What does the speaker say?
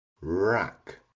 rack